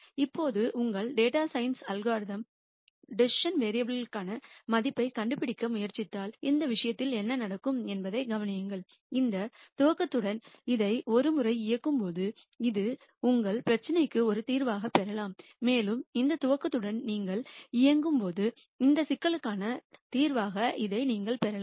இப்போது உங்கள் data science algorithm decision variable க்கான மதிப்பைக் கண்டுபிடிக்க முயற்சித்தால் இந்த விஷயத்தில் என்ன நடக்கும் என்பதைக் கவனியுங்கள் இந்த துவக்கத்துடன் இதை ஒரு முறை இயக்கும்போது இது உங்கள் பிரச்சினைக்கு ஒரு தீர்வாகப் பெறலாம் மேலும் இந்த துவக்கத்துடன் நீங்கள் இயங்கும் போது இந்த சிக்கலுக்கான தீர்வாக இதை நீங்கள் பெறலாம்